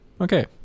Okay